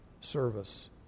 service